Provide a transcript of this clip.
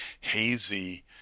hazy